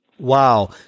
Wow